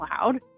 loud